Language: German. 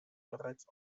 bereits